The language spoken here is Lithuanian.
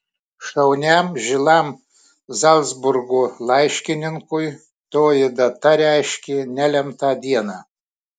šauniam žilam zalcburgo laiškininkui toji data reiškė nelemtą dieną